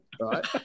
right